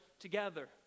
together